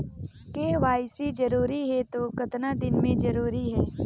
KYC जरूरी हे तो कतना दिन मे जरूरी है?